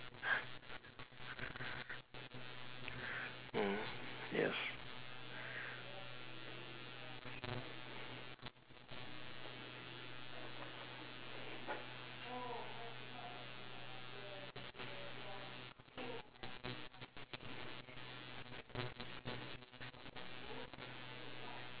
mm yes